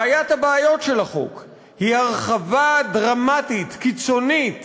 בעיית הבעיות של החוק היא הרחבה דרמטית קיצונית